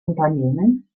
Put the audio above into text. unternehmen